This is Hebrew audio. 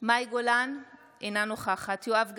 מאי גולן, אינה נוכחת יואב גלנט,